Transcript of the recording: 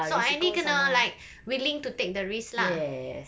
so I ni kena like willing to take the risk lah